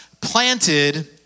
planted